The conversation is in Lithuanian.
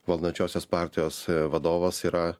valdančiosios partijos vadovas yra